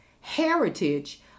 heritage